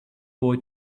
boy